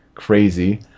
Crazy